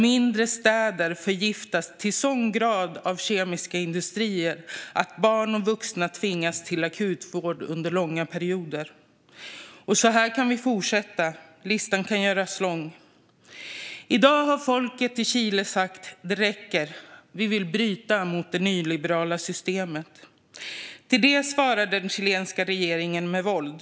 Mindre städer förgiftas till en sådan grad av kemiska industrier att barn och vuxna tvingas till akutvård under långa perioder. Så här kan vi fortsätta. Listan kan göras lång. I dag har folket i Chile sagt att det räcker, att de vill bryta mot det nyliberala systemet. På det svarar den chilenska regeringen med våld.